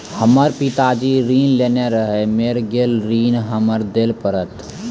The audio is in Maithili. हमर पिताजी ऋण लेने रहे मेर गेल ऋण हमरा देल पड़त?